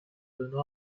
learner